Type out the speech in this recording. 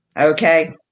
Okay